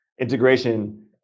integration